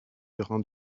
grain